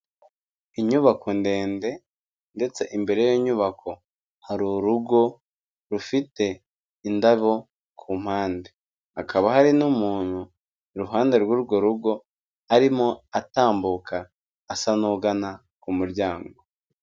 Inyubako ndende ndetse imbere y'iyo nyubako hari urugo rufite indabo ku mpande. Hakaba hari n'umuntu iruhande rw'urwo rugo, arimo atambuka asa n'ugana ku muryango.